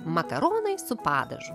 makaronai su padažu